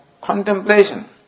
contemplation